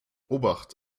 obacht